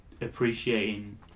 appreciating